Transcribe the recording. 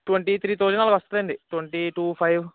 twenty three thousand అలా వస్తుందండి twenty two five